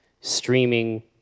streaming